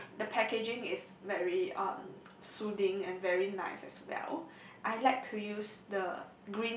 and the packaging is very um soothing and very nice as well I like to use the